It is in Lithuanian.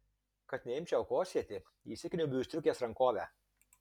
kad neimčiau kosėti įsikniaubiu į striukės rankovę